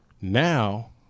now